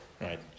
right